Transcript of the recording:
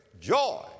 joy